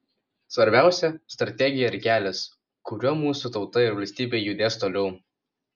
svarbiausia strategija ir kelias kuriuo mūsų tauta ir valstybė judės toliau